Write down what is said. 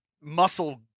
muscle